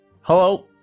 Hello